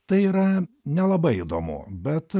tai yra nelabai įdomu bet